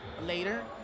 later